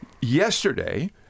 Yesterday